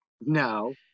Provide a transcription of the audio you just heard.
No